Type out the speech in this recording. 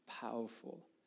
powerful